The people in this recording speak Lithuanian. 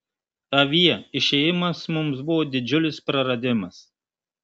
avie išėjimas mums buvo didžiulis praradimas